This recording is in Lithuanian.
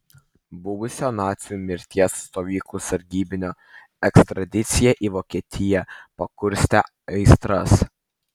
buvusio nacių mirties stovyklų sargybinio ekstradicija į vokietiją pakurstė aistras